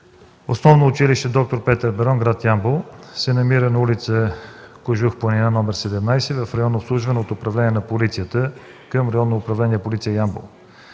Основно училище „Д-р Петър Берон”, град Ямбол се намира на улица „Кожух планина”, № 17 в район обслужван от Управление на полицията към Районно управление – „Полиция”, Ямбол.